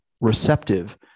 receptive